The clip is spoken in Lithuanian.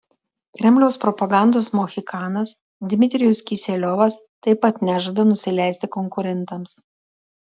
kremliaus propagandos mohikanas dmitrijus kiseliovas taip pat nežada nusileisti konkurentams